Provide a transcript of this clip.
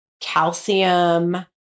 calcium